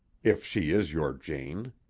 if she is your jane.